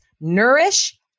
nourish